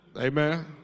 amen